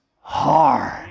hard